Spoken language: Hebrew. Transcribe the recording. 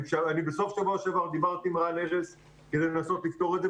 אני בסוף שבוע שעבר דיברתי עם רן ארז כדי לנסות לפתור את זה.